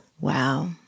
Wow